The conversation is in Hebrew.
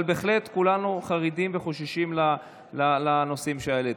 אבל בהחלט כולנו חרדים וחוששים מהנושאים שהעלית.